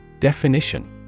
Definition